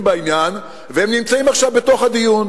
בעניין והם נמצאים עכשיו בתוך הדיון.